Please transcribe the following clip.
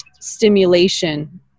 stimulation